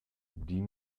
die